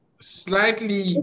slightly